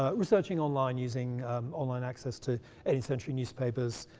ah researching online using online access to eighteenth century newspapers,